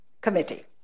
Committee